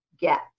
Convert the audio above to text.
get